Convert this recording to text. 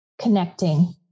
Connecting